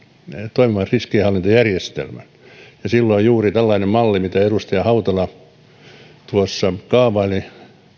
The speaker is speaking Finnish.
toimivan riskienhallintajärjestelmän ja silloin juuri tällaista mallia mitä edustaja hautala kaavaili